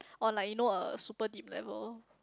on like you know a super deep level